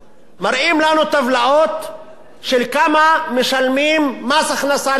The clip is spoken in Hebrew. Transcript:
מראים לנו טבלאות של כמה משלמים מס הכנסה, למשל.